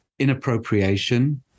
inappropriation